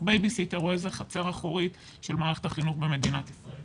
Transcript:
בייבי סיטר או איזו חצר אחורית של מערכת החינוך במדינת ישראל.